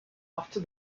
after